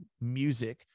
music